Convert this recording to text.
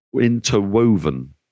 interwoven